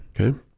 Okay